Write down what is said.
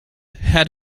had